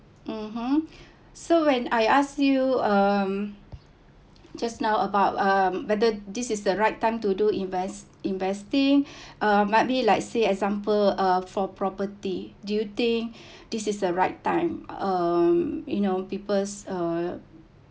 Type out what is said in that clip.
mmhmm so when I ask you um just now about um whether this is the right time to do invest investing uh maybe like say example uh for property do you think this is the right time um you know first uh